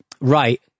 Right